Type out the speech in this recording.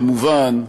כמובן,